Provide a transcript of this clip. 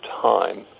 time